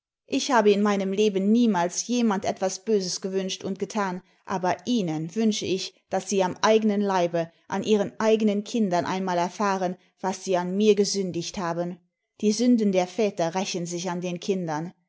ich hab in meinem leben niemals jemand etwas böses gewünscht und getan aber ihnen wünsch ich daß sie am eigenen leibe an ihren eigenen kindern einmal erfahren was sie an mir gesündigt haben die sünden der väter rächen sich an den kindern